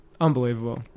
Unbelievable